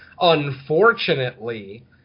unfortunately